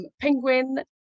Penguin